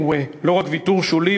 הוא לא רק ויתור שולי,